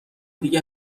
دیگه